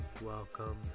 welcome